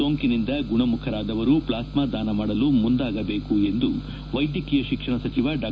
ಸೋಂಕಿನಿಂದ ಗುಣಮುಖರಾದವರು ಪ್ಲಾಸ್ನಾ ದಾನ ಮಾಡಲು ಮುಂದಾಗಬೇಕು ಎಂದು ವೈದ್ಯಕೀಯ ಶಿಕ್ಷಣ ಸಚಿವ ಡಾ